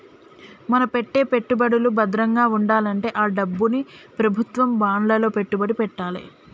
మన పెట్టే పెట్టుబడులు భద్రంగా వుండాలంటే ఆ డబ్బుని ప్రభుత్వం బాండ్లలో పెట్టుబడి పెట్టాలే